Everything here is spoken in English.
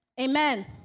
Amen